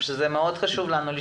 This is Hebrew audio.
ואם הוא יתבטל זה מאוד יעזור לנו,